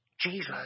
Jesus